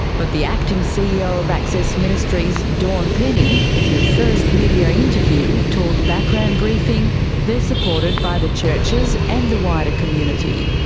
but the acting ceo of access ministries dawn penney, in her first media interview, told background briefing they are supported by the churches and the wider community.